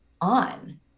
on